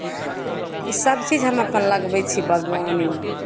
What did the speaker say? ईसभ चीज हम अपन लगबै छियै बागवानीमे